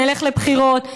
שנלך לבחירות,